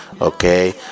okay